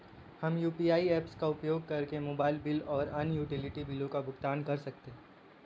हम UPI apps का उपयोग करके मोबाइल बिल और अन्य यूटिलिटी बिलों का भुगतान कर सकते हैं